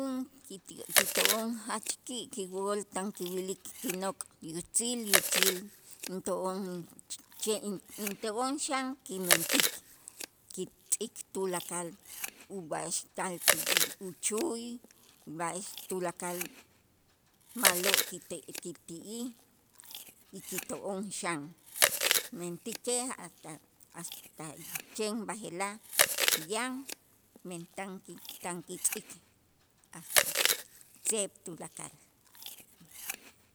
Jun kiti kito'on jan ki'ki' wool tan kiwilik kinok' yutzil yutzil into'on che' into'on xan kimetnik kitz'ik tulakal ub'a'ax tal ki uchuy b'a'ax tulakal ma'lo' kite kiti'ij y kito'on xan, mentäkej hasta hasta chen b'aje'laj yan men tan kit'an kitz'ik seeb' tulakal.